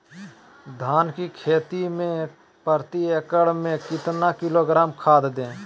धान की खेती में प्रति एकड़ में कितना किलोग्राम खाद दे?